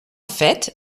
fait